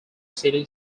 city